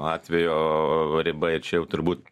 atvejo riba ir čia jau turbūt